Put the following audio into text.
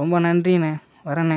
ரொம்ப நன்றிணே வரேண்ணே